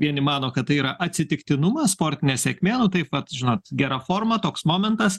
vieni mano kad tai yra atsitiktinumas sportinė sėkmė nu taip vat žinot gera forma toks momentas